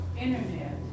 internet